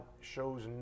shows